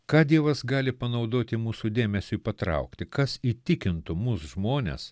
ką dievas gali panaudoti mūsų dėmesiui patraukti kas įtikintų mus žmones